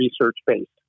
research-based